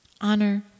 honor